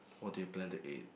what do you plan to eat